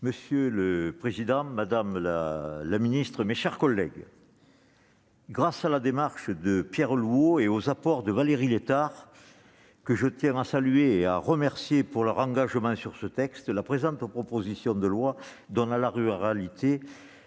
Monsieur le président, madame la secrétaire d'État, mes chers collègues, grâce à la démarche de Pierre Louault et aux apports de Valérie Létard, que je tiens à saluer et à remercier pour leur engagement sur ce texte, la présente proposition de loi tend à donner à la ruralité